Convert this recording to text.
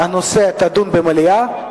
הנושא יידון במליאה,